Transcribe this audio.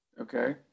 okay